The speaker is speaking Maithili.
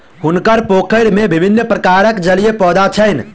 हुनकर पोखैर में विभिन्न प्रकारक जलीय पौधा छैन